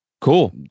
Cool